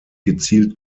gezielt